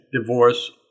divorce